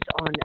on